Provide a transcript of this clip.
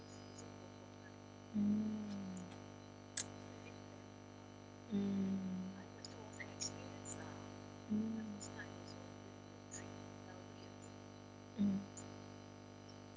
mm mm mm mm